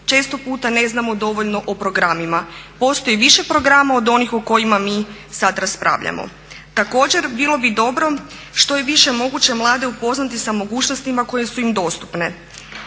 Često puta ne znamo dovoljno o programima. Postoji više programa od onih o kojima mi sad raspravljamo. Također, bilo bi dobro što je više moguće mlade upoznati sa mogućnostima koje su im dostupne.